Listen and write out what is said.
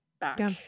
back